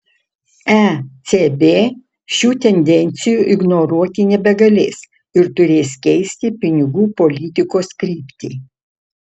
ecb šių tendencijų ignoruoti nebegalės ir turės keisti pinigų politikos kryptį